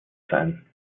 sein